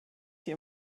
sie